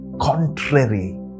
contrary